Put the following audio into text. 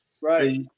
Right